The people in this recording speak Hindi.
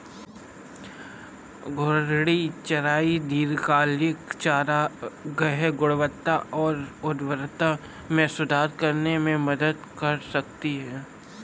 घूर्णी चराई दीर्घकालिक चारागाह गुणवत्ता और उर्वरता में सुधार करने में मदद कर सकती है